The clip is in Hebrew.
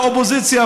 לאופוזיציה,